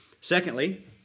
Secondly